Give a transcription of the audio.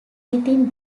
within